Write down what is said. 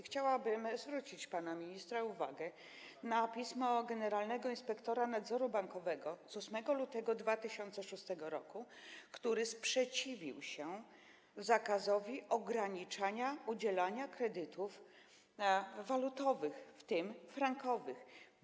Chciałabym zwrócić uwagę pana ministra na pismo generalnego inspektora nadzoru bankowego z 8 lutego 2006 r., który sprzeciwił się zakazowi ograniczania udzielania kredytów walutowych, w tym frankowych.